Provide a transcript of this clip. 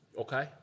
Okay